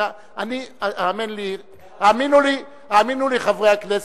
האמינו לי, חברי הכנסת,